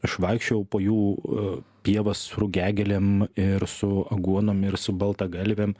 aš vaikščiojau po jų pievas rugiagėlėm ir su aguonom ir su baltagalvėm